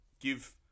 give